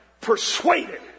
persuaded